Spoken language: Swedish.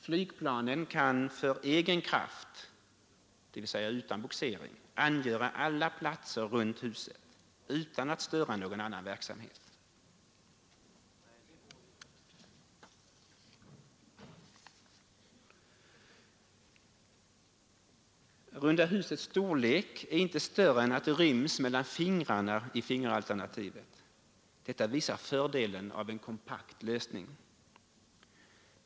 Flygplanen kan för egen kraft — dvs. utan bogsering — angöra alla platser runt huset utan att störa någon annan verksamhet. Runda huset är inte större än att det ryms mellan fingrarna i fingeralternativet. Detta visar fördelen av en kompakt lösning.